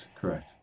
Correct